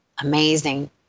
amazing